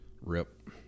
rip